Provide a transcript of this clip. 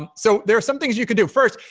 um so there are some things you could do. first,